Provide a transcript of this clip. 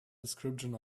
description